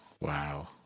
Wow